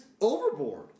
overboard